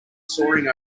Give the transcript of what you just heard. soaring